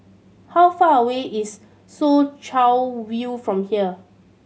how far away is Soo Chow View from here